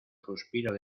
suspiro